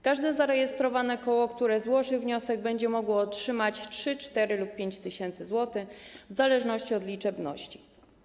Każdy zarejestrowane koło, które złoży wniosek, będzie mogło otrzymać 3, 4 lub 5 tys. zł, w zależności od liczebności.